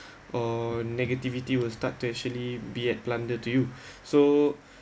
or negativity will start to actually be at plunder to you so